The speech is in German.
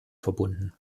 verbunden